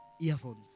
earphones